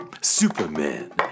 Superman